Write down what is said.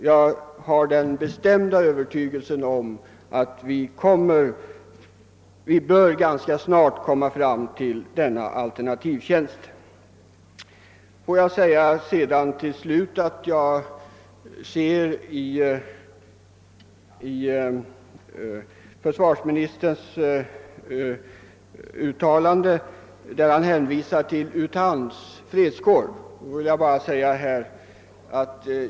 Jag har den bestämda övertygelsen att vi ganska snart bör få denna alternativtjänst till stånd. Försvarsministern hänvisade i sitt uttalande till U Thants fredskår.